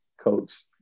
Coach